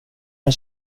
mig